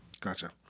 Gotcha